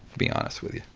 be honest with yeah